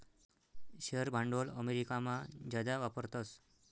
share भांडवल अमेरिकामा जादा वापरतस